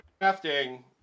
drafting